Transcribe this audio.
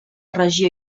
regió